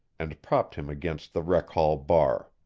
and propped him against the rec-hall bar.